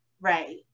right